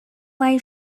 live